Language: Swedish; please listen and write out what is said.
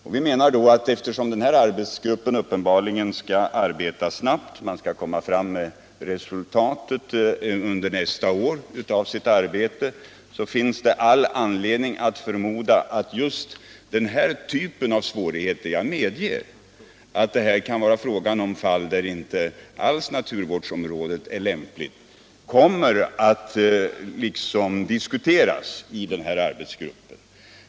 Den här arbetsgruppen skall uppenbarligen arbeta snabbt — man skall framlägga resultatet av sitt arbete under nästa år. Jag medger att det här kan bli fråga om fall när institutet naturvårdsområde inte alls är lämpligt. Men det finns all anledning att förmoda att just den här typen av svårigheter kommer att diskuteras i arbetsgruppen.